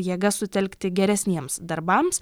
jėgas sutelkti geresniems darbams